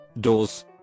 doors